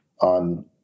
on